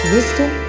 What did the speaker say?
Wisdom